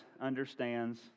understands